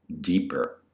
deeper